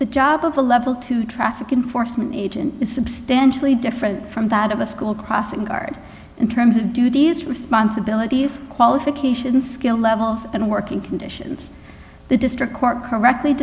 the job of a level two traffic enforcement agent is substantially different from that of a school crossing guard in terms of duties responsibilities qualifications skill levels and working conditions the district court correctly